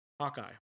Hawkeye